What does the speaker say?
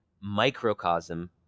microcosm